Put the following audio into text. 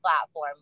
platform